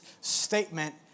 statement